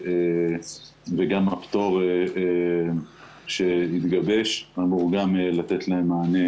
וגם הפטור שהתגבש אמור גם לתת להם מענה,